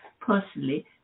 personally